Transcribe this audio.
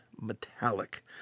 metallic